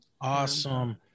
Awesome